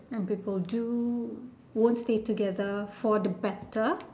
and people do won't stay together for the better